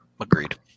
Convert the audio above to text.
agreed